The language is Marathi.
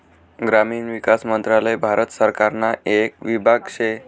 ग्रामीण विकास मंत्रालय भारत सरकारना येक विभाग शे